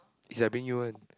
is I bring you one